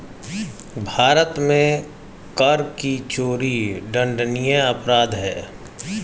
भारत में कर की चोरी दंडनीय अपराध है